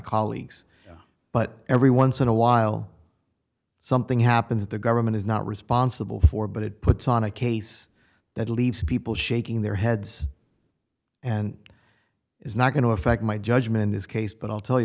colleagues but every once in a while something happens the government is not responsible for but it puts on a case that leaves people shaking their heads and is not going to affect my judgment in this case but i'll tell you